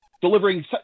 delivering